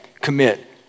commit